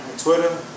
Twitter